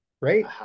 Right